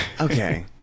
okay